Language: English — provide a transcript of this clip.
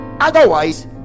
Otherwise